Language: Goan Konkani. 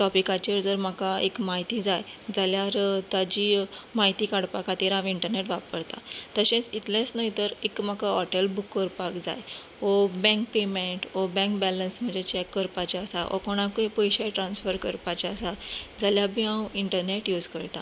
टोपिकाचेर जर म्हाका एक म्हायती जाय जाल्यार ताजी म्हायती काडपा खातीर हांव इंटरनेट वापरतां तशेंच इतलेंच न्हय तर एक म्हाका हॉटेल बूक करपाक जाय वो बँक पेमेंट वो बँक बेलन्स म्हजे चॅक करपाचे आसा ओ कोणाकुय पयशें ट्रान्सफर करपाचे आसा जाल्यार बी हांव इंटरनेट युज करतां